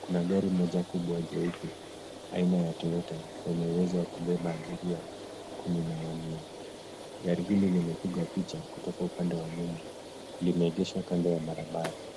Kuna gari moja kubwa jeupe, aina ya Toyota yenye uwezo wa kubeba abiria kumi na wanne. Gari hili limepigwa picha kutoka upande wa nyuma. Limeegeshwa kando ya barabara.